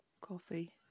coffee